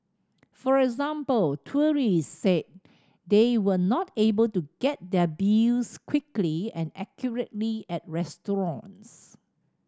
for example tourists said they were not able to get their bills quickly and accurately at restaurants